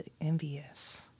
envious